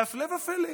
והפלא ופלא,